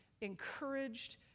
encouraged